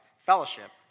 fellowship